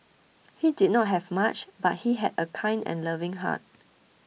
he did not have much but he had a kind and loving heart